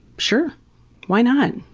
sure why not.